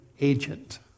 agent